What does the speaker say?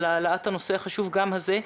תודה על העלאת הנושא החשוב הזה.